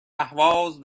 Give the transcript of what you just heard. اهواز